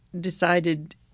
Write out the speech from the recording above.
decided